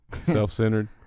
self-centered